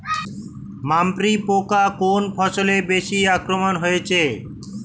পামরি পোকা কোন ফসলে বেশি আক্রমণ হয়েছে?